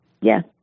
yes